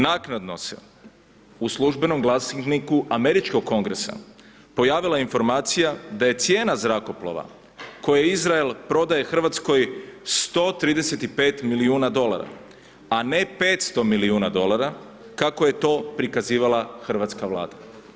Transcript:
Naknadno se u Službenom glasniku Američkog kongresa pojavila informacija da je cijena zrakoplova koje Izrael prodaje Hrvatskoj 135 milijuna dolara, a ne 500 milijuna dolara kako je to hrvatska Vlada.